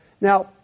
Now